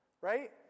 Right